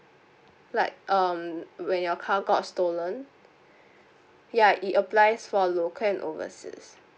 like um when your car got stolen ya it applies for local and overseas